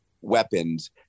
weapons